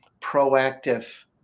proactive